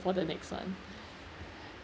for the next [one]